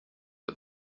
but